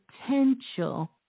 potential